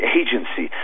agency